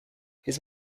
his